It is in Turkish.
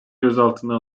gözaltına